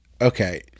okay